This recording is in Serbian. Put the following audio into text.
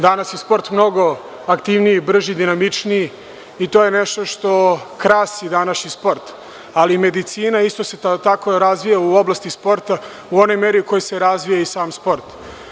Danas je sport mnogo aktivniji, brži, dinamičniji i to je nešto što krasi današnji sport, ali se medicina isto tako razvija u oblasti sporta u onoj meri u kojoj se razvija i sam sport.